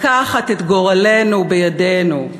לקחת את גורלנו בידינו.